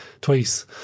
twice